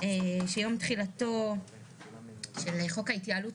"לאחר יום תחילתו של תיקון 200",